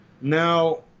Now